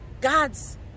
God's